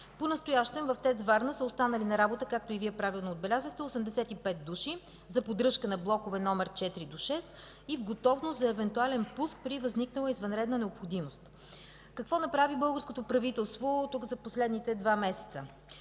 Понастоящем в ТЕЦ „Варна” са останали на работа, както и Вие правилно отбелязахте, 85 души за поддръжка на блокове номер четири до шест и в готовност за евентуален пуск при възникнала извънредна необходимост. Какво направи българското правителство за последните два месеца?